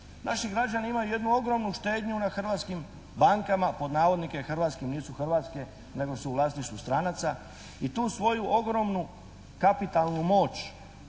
Naši građani imaju jednu ogromnu štednju na hrvatskim bankama, pod navodnike hrvatskim, nisu hrvatske nego su u vlasništvu stranaca i tu svoju ogromnu kapitalnu moć